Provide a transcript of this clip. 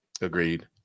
Agreed